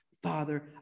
Father